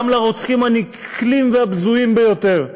גם לרוצחים הנקלים והבזויים ביותר.